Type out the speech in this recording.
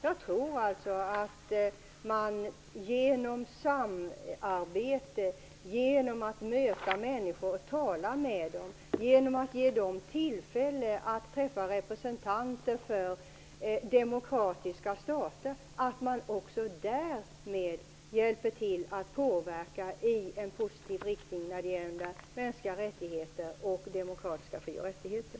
Jag tror att man genom samarbete och genom att möta människor och tala med dem och ge dem tillfälle att träffa representanter för demokratiska stater hjälper till att påverka i positiv riktning när det gäller mänskliga rättigheter och demokratiska fri och rättigheter.